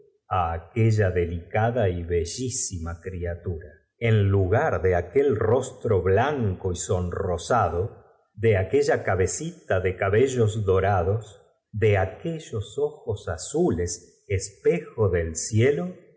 aquella delicada y bellísima criatura en lugar de aquel rostro blanco y sonrosado de aquella cabecita de cabellos dorados de aquellos ojos azules espejo del cielo